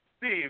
Steve